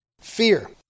Fear